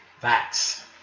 Facts